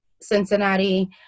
Cincinnati